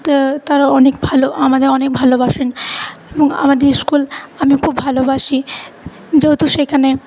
তা তারা অনেক ভালো আমাদের অনেক ভালবাসেন এবং আমাদের স্কুল আমি খুব ভালোবাসি যেহেতু সেখানে